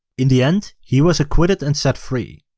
in the end, he was acquitted and set free.